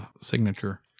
signature